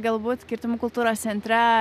galbūt kirtimų kultūros centre